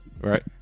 Right